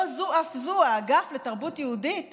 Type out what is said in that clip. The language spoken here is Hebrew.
לא זו אף זו, האגף לתרבות יהודית